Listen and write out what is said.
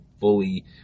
fully